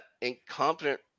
incompetent